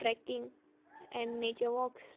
trekking and nature walks